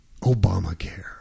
Obamacare